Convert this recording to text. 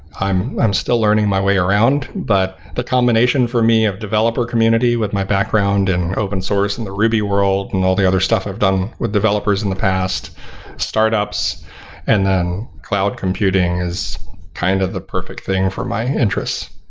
i'm i'm still learning my way around, but the combination for me of developer community with my background and open source in the ruby world and all the other stuff i've done with developers in the past startups and then cloud computing is kind of the perfect thing for my interest.